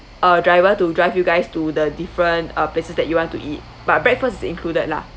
uh driver to drive you guys to the different uh places that you want to eat but breakfast is included lah